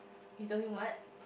you don't need what